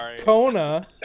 Kona